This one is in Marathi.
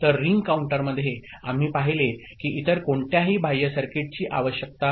तर रिंग काउंटरमध्ये आम्ही पाहिले की इतर कोणत्याही बाह्य सर्किटची आवश्यकता नाही